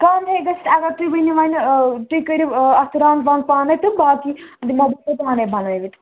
کَم ہے گژھِ اَگر تُہۍ ؤنِو وَنہِ تُہۍ کٔرِو اَتھ رنٛگ ونٛگ پانَے تہٕ باقی دِمو بہٕ تۄہہِ پانَے بَنٲوِتھ